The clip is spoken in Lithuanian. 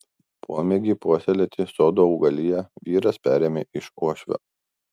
pomėgį puoselėti sodo augaliją vyras perėmė iš uošvio